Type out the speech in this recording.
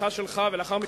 התמיכה שלך, ולאחר מכן